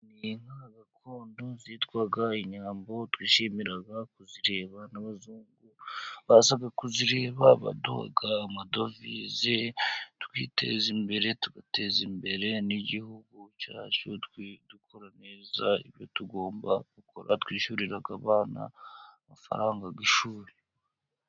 Inka gakondo zitwa inyambo twishimira kuzireba. N'abazungu baza kuzireba, baduha amadovize. Twiteza imbere, tugateza imbere n'Igihugu cyacu dukora neza ibyo tugomba gukora. Twishyurira abana amafarangaga ishuri.